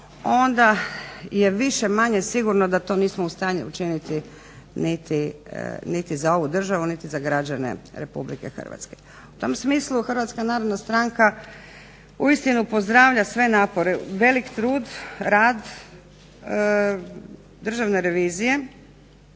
onda je više-manje sigurno da to nismo u stanju učiniti za ovu državu niti za građane Republike Hrvatske. U tom smislu Hrvatska narodna stranka, pozdravlja sve napore, velik trud, rad državne revizije,